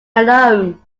alone